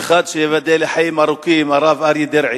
ואחד שייבדל לחיים ארוכים, הרב אריה דרעי,